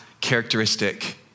characteristic